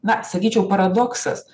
na sakyčiau paradoksas